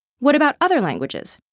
what about other languages?